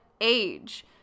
age